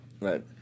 Right